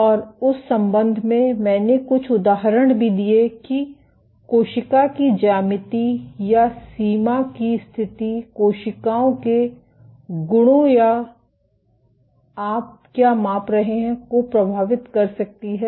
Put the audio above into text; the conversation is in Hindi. और उस संबंध में मैंने कुछ उदाहरण भी दिए कि कोशिका की ज्यामिति या सीमा की स्थिति कोशिकाओं के गुणों या आप क्या माप रहे हैं को प्रभावित कर सकती है